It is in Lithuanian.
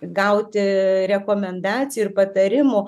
gauti rekomendacijų ir patarimų